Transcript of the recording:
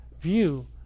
view